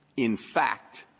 in fact,